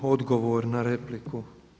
Odgovor na repliku.